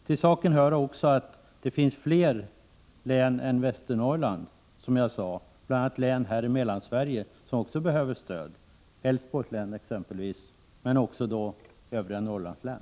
Till saken hör också att det, som jag sade, finns fler län än Västernorrlands län, bl.a. här i Mellansverige, som också behöver stöd, t.ex. Älvsborgs län, men även övriga Norrlandslän.